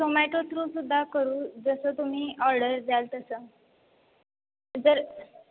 झोमॅटो थ्रूसुद्धा करू जसं तुम्ही ऑर्डर द्याल तसं जर